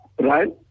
Right